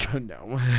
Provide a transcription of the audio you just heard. No